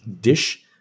Dish